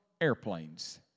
airplanes